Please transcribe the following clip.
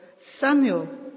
Samuel